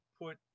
put